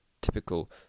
typical